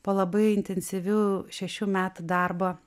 po labai intensyvių šešių metų darbo